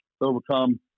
overcome